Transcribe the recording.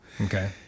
Okay